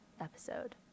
episode